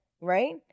right